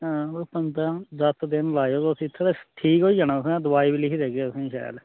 हां कोई पंदरां दस दिन लाएयो तुस इत्थै ठीक होई जाना तुसें दवाई बी लिखी देगे तुसेंगी शैल